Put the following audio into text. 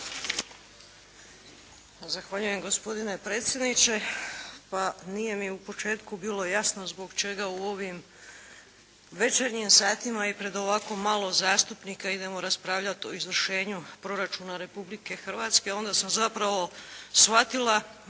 Zahvaljujem gospodine predsjedniče. Pa nije mi u početku bilo jasno zbog čega u ovim večernjim satima i pred ovako malo zastupnika idemo raspravljati o izvršenju proračuna Republike Hrvatske, onda sam zapravo shvatila